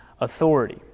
authority